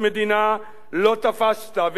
לא תפסת, ואם תפסת,